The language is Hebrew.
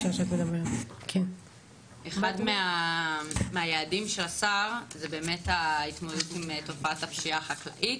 אחד מהיעדים של השר הוא באמת התמודדות עם תופעת הפשיעה החקלאית.